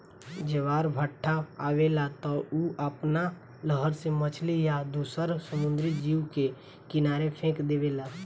जब ज्वार भाटा आवेला त उ आपना लहर से मछली आ दुसर समुंद्री जीव के किनारे फेक देवेला